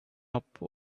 upon